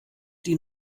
die